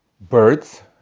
birds